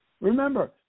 Remember